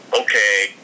okay